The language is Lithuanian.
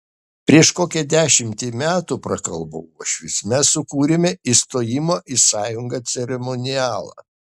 prieš kokią dešimtį metų prakalbo uošvis mes sukūrėme įstojimo į sąjungą ceremonialą